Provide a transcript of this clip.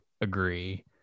agree